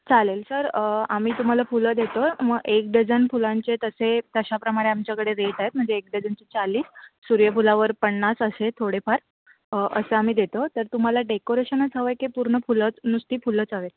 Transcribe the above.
चालेल सर आम्ही तुम्हाला फुलं देतो मग एक डझन फुलांचे तसे तश्याप्रमाणे आमच्याकडे रेटा आहेत म्हणजे एक डझनचे चाळीस सूर्यफुला वर पन्नास असे थोडेफार असं आम्ही देतो तर तुम्हाला डेकोरेशनच हवं आहे की पूर्ण फुलंच नुसती फुलंच हवे आहेत